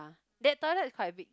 that toilet is quite big